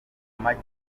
magi